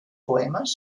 poemas